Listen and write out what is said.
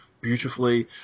beautifully